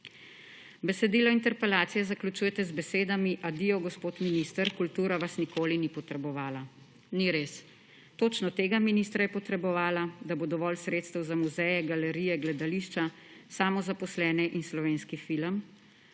Besedilo interpelacije zaključujete z besedami: »Adijo, gospod minister, kultura vas nikoli ni potrebovala.« Ni res! Točno tega ministra je potrebovala, da bo dovolj sredstev za muzeje, galerije, gledališča, samozaposlene in slovenski film